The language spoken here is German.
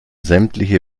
sämtliche